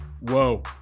Whoa